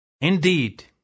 Indeed